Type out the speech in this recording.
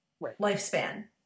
lifespan